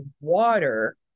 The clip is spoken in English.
water